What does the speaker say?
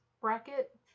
bracket